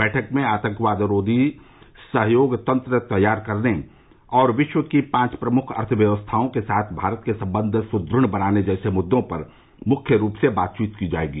बैठक में आतंकवादरोधी सहयोग तंत्र तैयार करने और विश्व की पांच प्रमुख अर्थव्यवस्थाओं के साथ भारत के सम्बंध सुदढ़ बनाने जैसे मुद्दों पर मुख्य रूप से बातचीत की जायेगी